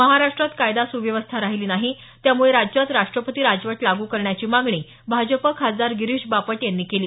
महाराष्ट्रात कायदा सुव्यवस्था राहीली नाही त्यामुळे राज्यात राष्ट्रपती राजवट लागू करण्याची मागणी भाजप खासदार गिरीष बापट यांनी केली